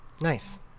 Nice